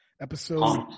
Episode